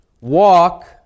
walk